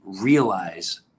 realize